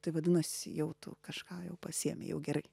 tai vadinasi jau tu kažką jau pasiėmei jau gerai